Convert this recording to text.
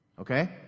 Okay